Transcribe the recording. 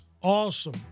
awesome